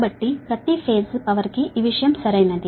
కాబట్టి ఇక్కడ ప్రతి ఫేజ్ కి పవర్ తీసుకుంటున్నాము